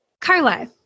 Carla